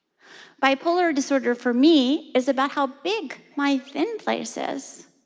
bipolar disorder for me is about how big my thin place is.